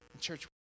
Church